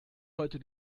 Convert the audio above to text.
heute